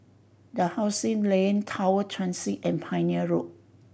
Dalhousie Lane Tower Transit and Pioneer Road